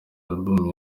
album